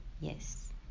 yes